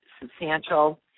substantial